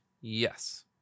Yes